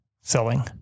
selling